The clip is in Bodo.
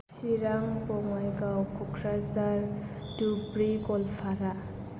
चिरां बङाइगाव क'क्राझार धुब्रि ग'लपारा